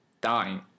dying